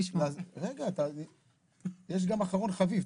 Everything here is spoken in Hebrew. רגע, יש גם אחרון חביב.